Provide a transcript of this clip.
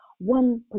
one